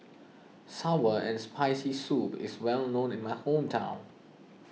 Sour and Spicy Soup is well known in my hometown